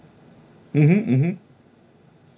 mm hmm mm hmm